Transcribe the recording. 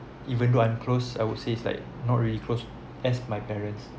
even though I am close I would say it's like not really close as my parents